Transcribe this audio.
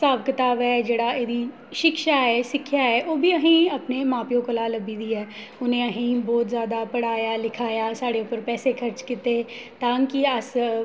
स्हाब कताब ऐ जेह्ड़ा ऐ एह्दी शिक्षा ऐ सिक्खेआ ऐ ओह् बी असें ई अपने मां प्यो कोला लब्भी दी ऐ उ'नें असें ई बहुत जैदा पढ़ाया लिखाया साढ़े उप्पर पैसे खर्च कीते तां जे अस